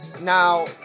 Now